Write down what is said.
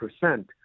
percent